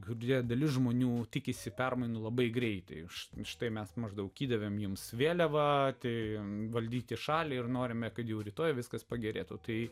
gudriai dalis žmonių tikisi permainų labai greitai iš štai mes maždaug įdavėme jiems vėliavą atėjome valdyti šalį ir norime kad jau rytoj viskas pagerėtų tai